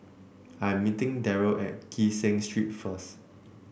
I'm meeting Darry at Kee Seng Street first